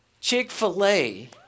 Chick-fil-A